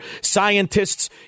scientists